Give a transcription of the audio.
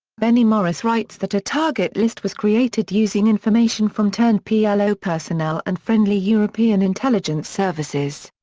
benny morris writes that a target list was created using information from turned plo personnel and friendly european intelligence services.